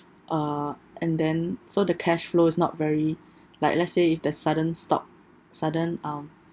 uh and then so the cash flow is not very like let's say if there's sudden stop sudden um